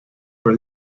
for